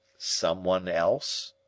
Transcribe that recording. someone else,